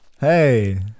Hey